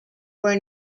were